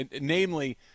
Namely